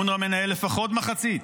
אונר"א מנהל לפחות מחצית